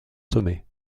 sommet